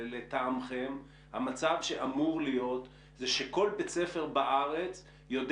לטעמכם המצב שאמור להיות זה שכל בית ספר בארץ יודע